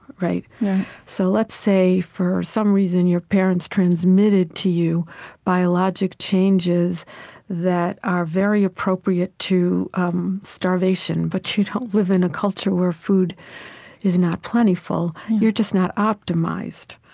so let's say, for some reason, your parents transmitted to you biologic changes that are very appropriate to um starvation, but you don't live in a culture where food is not plentiful you're just not optimized.